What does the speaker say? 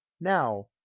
now